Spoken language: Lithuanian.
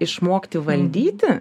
išmokti valdyti